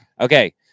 Okay